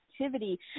activity